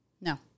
No